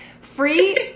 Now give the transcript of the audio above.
free